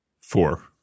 four